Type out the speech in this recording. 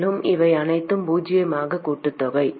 மேலும் இவை அனைத்தும் பூஜ்ஜியத்தின் கூட்டுத்தொகை